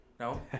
No